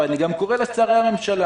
אבל אני גם קורא לשרי הממשלה.